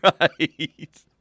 Right